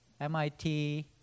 MIT